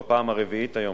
בפעם הרביעית היום,